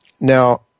Now